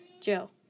Joe